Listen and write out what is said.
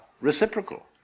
reciprocal